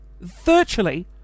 virtually